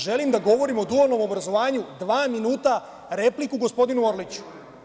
Želim da govorim o dualnom obrazovanju dva minuta, repliku gospodinu Orliću.